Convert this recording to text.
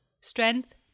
Strength